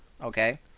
Okay